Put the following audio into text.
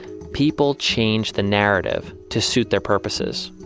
people changed the narrative to suit their purposes.